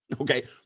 Okay